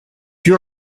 you